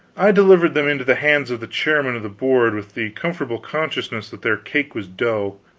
i delivered them into the hands of the chairman of the board with the comfortable consciousness that their cake was dough.